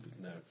No